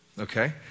Okay